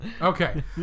Okay